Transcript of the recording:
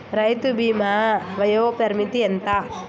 రైతు బీమా వయోపరిమితి ఎంత?